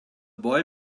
boy